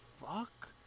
fuck